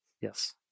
Yes